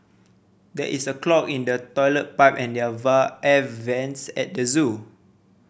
there is a clog in the toilet pipe and their air vents at the zoo